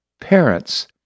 parents